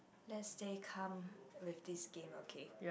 let's stay calm with this game okay